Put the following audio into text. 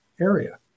area